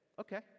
okay